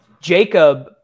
Jacob